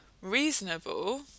reasonable